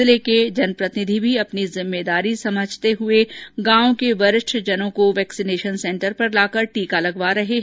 जिले के जनप्रतिनिधि भी अपनी जिम्मदारी निमाते हुए गांव के वरिष्ठ जनों को वेक्सीनेशन सेंटर पर लाकर टीका लगवा रहे हैं